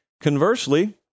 Conversely